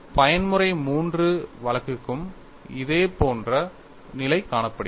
பயன்முறை III வழக்குக்கும் இதே போன்ற நிலை காணப்படுகிறது